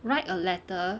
write a letter